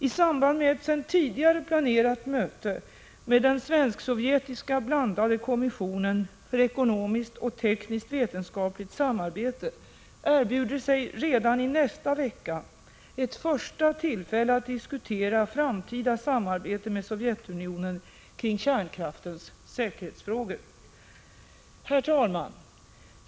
I samband med ett sedan tidigare planerat möte med den svensk-sovjetiska blandade kommissionen för ekonomiskt och tekniskt-vetenskapligt samarbete erbjuder sig redan i nästa vecka ett första tillfälle att diskutera framtida samarbete med Sovjetunionen kring kärnkraftens säkerhetsfrågor. Herr talman!